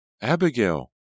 Abigail